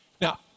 Now